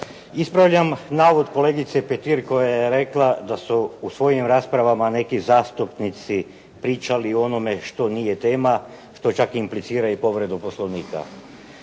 Ispravljam navod kolegice Petir koja je rekla da su u svojim raspravama neki zastupnici pričali o onome što nije tema, što čak implicira i povredu Poslovnika.